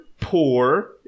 poor